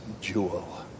jewel